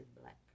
black